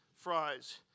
fries